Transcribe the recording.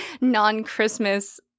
non-Christmas